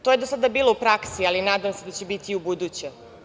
To je do sada bilo u praksi, ali nadam se da će biti i ubuduće.